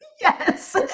Yes